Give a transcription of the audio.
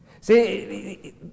See